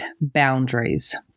boundaries